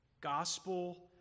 gospel